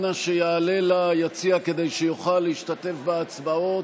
אנא שיעלה ליציע כדי שיוכל להשתתף בהצבעות,